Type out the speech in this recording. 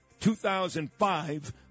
2005